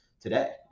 today